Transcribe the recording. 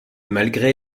malgré